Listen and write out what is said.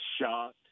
shocked